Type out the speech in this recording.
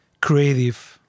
creative